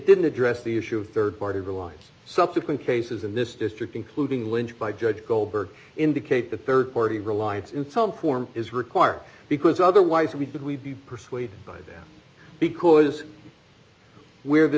didn't address the issue of rd party reliance subsequent cases in this district including lynch by judge goldberg indicate that rd party reliance in some form is required because otherwise we did we'd be persuaded by them because we're the